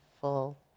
full